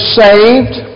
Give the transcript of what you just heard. saved